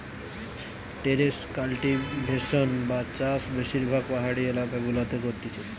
terrace cultivation বা চাষ বেশিরভাগ পাহাড়ি এলাকা গুলাতে করতিছে